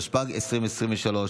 התשפ"ג 2023,